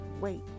wait